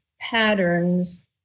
patterns